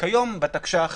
כיום בתקש"ח